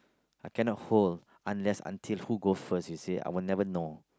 I cannot hold unless until who go first you see I will never know